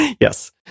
yes